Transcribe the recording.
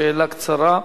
שאלה קצרה.